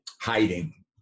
Hiding